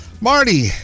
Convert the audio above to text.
Marty